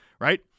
right